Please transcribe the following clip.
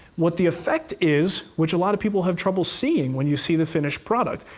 what the effect is, which a lot of people have trouble seeing when you see the finished product,